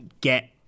get